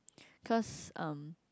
cause um